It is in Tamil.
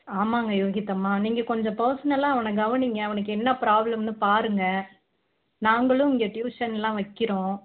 ஆமாங்க யோகித் அம்மா நீங்கள் கொஞ்சம் பர்ஸ்னலாக அவனை கவனியுங்க அவனுக்கு என்ன ப்ராப்ளம்ன்னு பாருங்க நாங்களும் இங்கே டியூஷனெலாம் வைக்கிறோம்